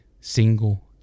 single